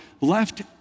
left